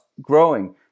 growing